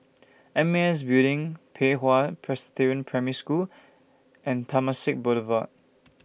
M A S Building Pei Hwa Presbyterian Primary School and Temasek Boulevard